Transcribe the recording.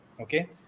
Okay